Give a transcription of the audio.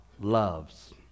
loves